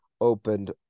opened